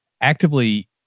actively